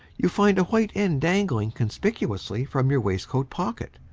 you find a white end dangling conspicuously from your waistcoat pocket.